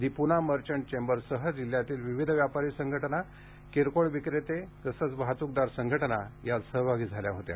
दि प्ना मर्चंट चेंबर्ससह जिल्ह्यातील विविध व्यापारी संघटना किरकोळ विक्रेते संघटना तसंच वाहतूकदार संघटना यात सहभागी झाल्या होत्या